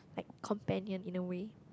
like companion in a way